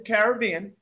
Caribbean